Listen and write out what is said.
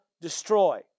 destroy